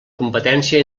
competència